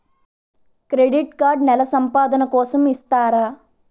Credit card నెల సంపాదన కోసం ఇస్తారా?